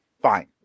Fine